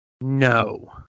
no